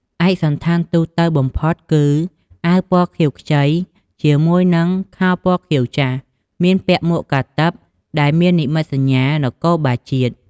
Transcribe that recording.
ឯកសណ្ឋានទូទៅបំផុតគឺ អាវពណ៌ខៀវខ្ចី ជាមួយនឹងខោពណ៌ខៀវចាស់ មានពាក់មួកកាតិបដែលមាននិមិត្តសញ្ញានគរបាលជាតិ។